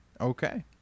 Okay